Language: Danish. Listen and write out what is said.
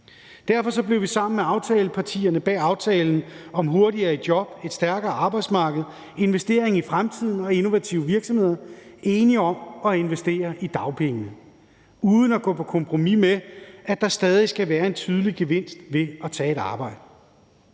Derfor blev vi sammen med aftalepartierne bag aftalen »Hurtigere i job, et stærkere arbejdsmarked, investeringer i fremtiden og innovative virksomheder« enige om at investere i dagpengene uden at gå på kompromis med, at der stadig væk skal være en tydelig gevinst ved at tage arbejde.